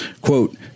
Quote